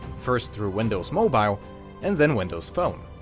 first through windows mobile and then windows phone.